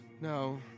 No